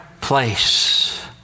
place